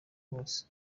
wose